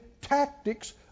tactics